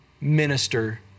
minister